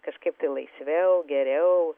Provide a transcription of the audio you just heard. kažkaip tai laisviau geriau